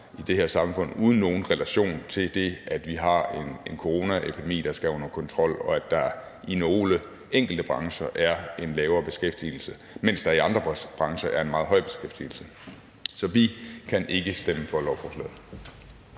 uden nogen relation til det, at vi har en coronaepidemi, der skal under kontrol, og at der i nogle enkelte brancher er en lavere beskæftigelse, mens der i andre brancher er en meget høj beskæftigelse. Så vi kan ikke stemme for lovforslaget.